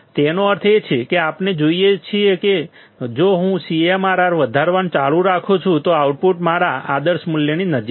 તેનો અર્થ એ છે કે આપણે જોઈ શકીએ છીએ કે જો હું CMRR વધારવાનું ચાલુ રાખું છું તો આઉટપુટ મારા આદર્શ મૂલ્યની નજીક છે